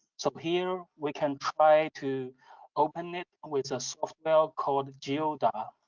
so here we can try to open it with a software called geoda.